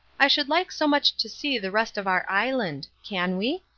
i should like so much to see the rest of our island. can we?